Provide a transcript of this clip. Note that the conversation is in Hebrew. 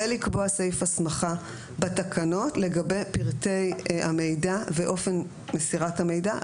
ולקבוע סעיף הסמכה בתקנות לגבי פרטי המידע ואופן מסירת המידע,